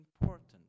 important